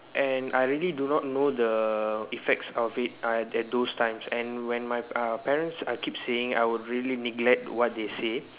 and I really do not know the effects of it uh at those times and when my uh parents I keep saying I will really neglect what they say